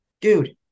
dude